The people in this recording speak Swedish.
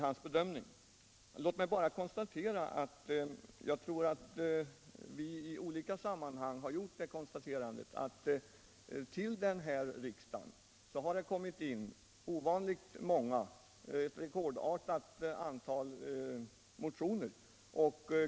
Låt mig bara konstatera — vilket vi har gjort i olika sammanhang — att det till det här riksmötet har kommit in ett rekordartat antal motioner.